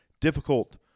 difficult